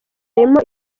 harimo